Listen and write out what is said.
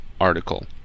article